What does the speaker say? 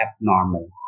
abnormal